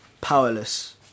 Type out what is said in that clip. powerless